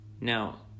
Now